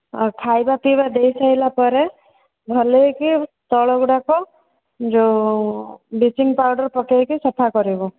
ଆଉ ଖାଇବା ପିଇବା ଦେଇସାଇଲା ପରେ ଭଲେକି ତଳଗୁଡ଼ାକ ଯେଉଁ ବ୍ଲିଚିଙ୍ଗି ପାଉଡ଼ର ପକାଇକି ସଫା କରିବୁ